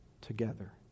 together